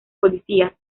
policías